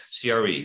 CRE